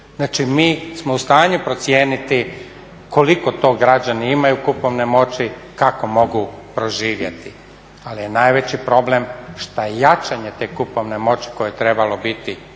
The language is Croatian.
Znači mi smo u stanju procijeniti koliko to građani imaju kupovne moći, kako mogu proživjeti. Ali najveći je problem što je jačanje te kupovne moći koje je trebalo biti